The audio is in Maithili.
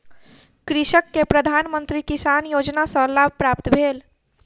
कृषक के प्रधान मंत्री किसान योजना सॅ लाभ प्राप्त भेल